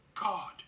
God